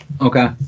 Okay